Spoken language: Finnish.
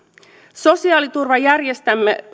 sosiaaliturvajärjestelmämme